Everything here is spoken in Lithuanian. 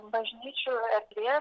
bažnyčių erdvės